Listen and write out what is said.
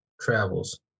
travels